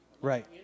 Right